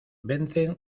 vencen